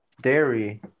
dairy